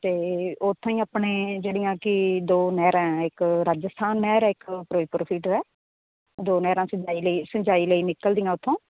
ਅਤੇ ਉੱਥੋਂ ਹੀ ਆਪਣੇ ਜਿਹੜੀਆਂ ਕਿ ਦੋ ਨਹਿਰਾਂ ਇੱਕ ਰਾਜਸਥਾਨ ਨਹਿਰ ਇੱਕ ਫਿਰੋਜ਼ਪੁਰ ਫੀਡਰ ਹੈ ਦੋ ਨਹਿਰਾਂ ਸਿੰਜਾਈ ਲਈ ਸਿੰਚਾਈ ਲਈ ਨਿਕਲਦੀਆਂ ਉੱਥੋਂ